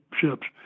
ships